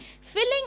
Filling